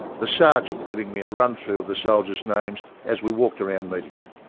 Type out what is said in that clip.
the sergeant giving me a run-through of the soldiers' names as we walked around meeting them.